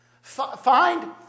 find